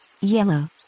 Yellow